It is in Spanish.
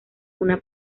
una